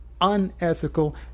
unethical